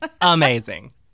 Amazing